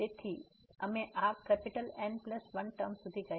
તેથી અમે આ N 1 ટર્મ સુધી ગયા